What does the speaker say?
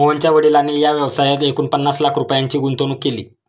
मोहनच्या वडिलांनी या व्यवसायात एकूण पन्नास लाख रुपयांची गुंतवणूक केली